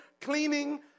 cleaning